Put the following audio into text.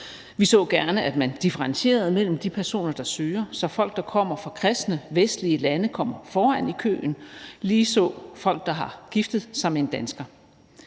Vi så gerne, at man differentierede mellem de personer, der søger, så folk, der kommer fra kristne vestlige lande, kommer foran i køen, ligeså folk, der har giftet sig med en dansker.